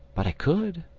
but i could,